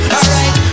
Alright